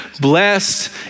blessed